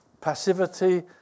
Passivity